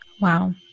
Wow